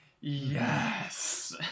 yes